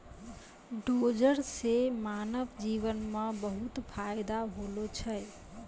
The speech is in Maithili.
डोजर सें मानव जीवन म बहुत फायदा होलो छै